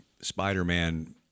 Spider-Man